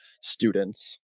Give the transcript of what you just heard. students